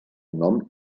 nom